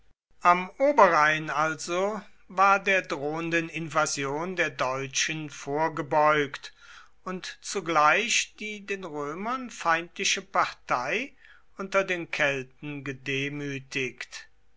am oberrhein also war der drohenden invasion der deutschen vorgebeugt und zugleich die den römern feindliche partei unter den kelten gedemütigt